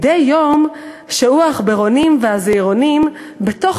מדי יום שהו העכברונים והזעירונים בתוך